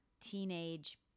teenage